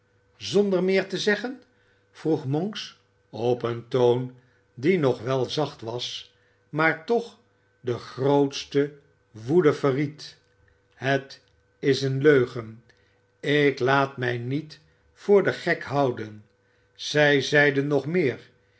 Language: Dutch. zonder meer te zeggen vroeg monks op een toon die nog wel zacht was maar toch de grootste woede verried het is een leugen ik iaat mij niet voor den gek houden zij zeide nog meer